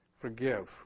forgive